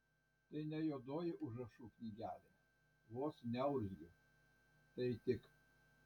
tai ne juodoji užrašų knygelė vos neurzgiu tai tik